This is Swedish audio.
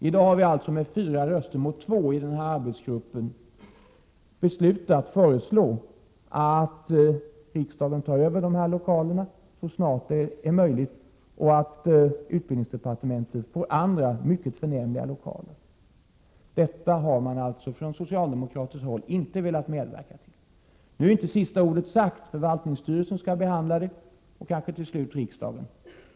I dag har vi alltså, med fyra röster mot två, i arbetsgruppen beslutat föreslå att riksdagen tar över de nämnda lokalerna så snart som möjligt, och att utbildningsdepartementet får andra, mycket förnämliga, lokaler. Detta har socialdemokraterna inte velat medverka till. Nu är inte sista ordet sagt i denna fråga. Förvaltningsstyrelsen skall behandla den, och kanske till slut riksdagen.